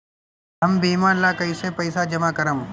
हम बीमा ला कईसे पईसा जमा करम?